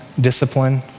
discipline